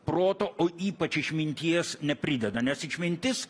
proto o ypač išminties neprideda nes išmintis